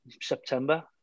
September